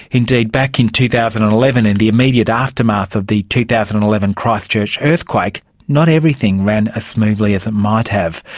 indeed, back in two thousand and eleven in the immediate aftermath of the two thousand and eleven christchurch earthquake, not everything ran as smoothly as it might have.